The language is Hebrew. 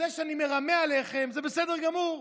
זה שאני מרמה אתכם זה בסדר גמור,